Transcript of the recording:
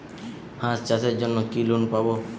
হাঁস চাষের জন্য কি লোন পাব?